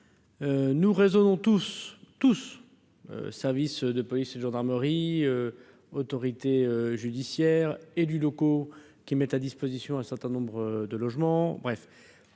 Nous raisonnons tous tous services de police et de gendarmerie autorité judiciaire et du locaux qui mettent à disposition un certain nombre de logements, bref